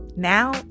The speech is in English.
Now